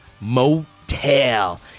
Motel